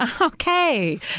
okay